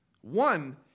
One